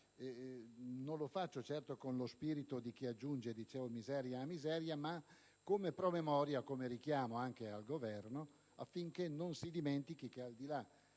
Non lo faccio certo con lo spirito di chi aggiunge, come dicevo, miseria a miseria, ma come promemoria e come richiamo al Governo affinché non si dimentichi che, al di là